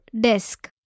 desk